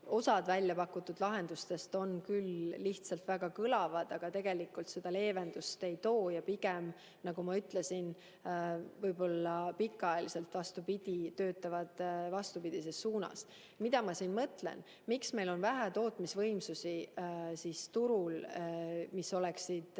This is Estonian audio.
Osa väljapakutud lahendustest on küll lihtsalt väga kõlavad, aga tegelikult leevendust ei too ja pigem, nagu ma ütlesin, võib-olla pikaajaliselt töötavad vastupidises suunas. Mida ma selle all mõtlen? Miks meil on turul vähe tootmisvõimsusi, mis kasutaksid